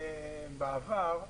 בעבר,